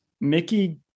Mickey